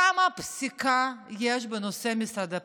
כמה פסיקה יש בנושא משרד הפנים,